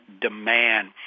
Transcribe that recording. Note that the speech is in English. demand